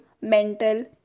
mental